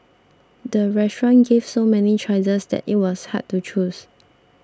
the restaurant gave so many choices that it was hard to choose